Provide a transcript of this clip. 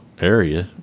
area